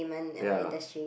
ya